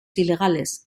ilegales